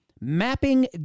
mapping